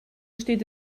steht